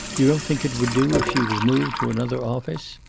you don't think it would do if she was moved to another office?